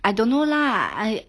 I don't know lah I